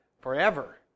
Forever